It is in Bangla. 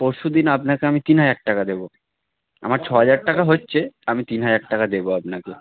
পরশু দিন আপনাকে আমি তিন হাজার টাকা দেবো আমার ছ হাজার টাকা হচ্ছে আমি তিন হাজার টাকা দেবো আপনাকে